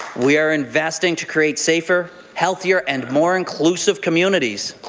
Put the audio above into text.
we are investing to create safer, healthier, and more inclusive communities.